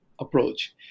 approach